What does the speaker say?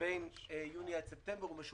בין יוני עד ספטמבר.